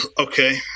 okay